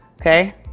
okay